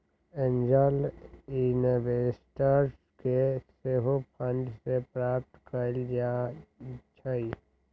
angel investors से सेहो fund के प्राप्त कएल जाइ छइ